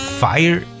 fire